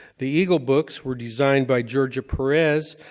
the eagle books were designed by georgia perez,